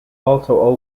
also